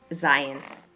Zion